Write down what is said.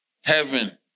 Heaven